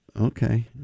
okay